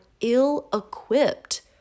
ill-equipped